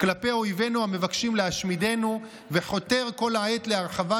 כלפי אויבינו המבקשים להשמידנו וחותר כל העת להרחבת